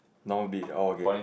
north beach oh okay